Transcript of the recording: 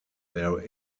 there